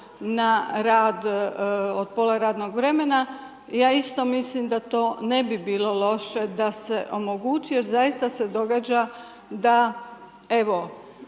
na rad od pola radnog vremena. Ja isto mislim na to da to ne bi bilo loše da se omogući, jer zaista se događa da evo,